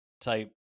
type